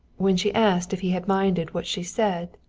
when she asked if he had minded what she said,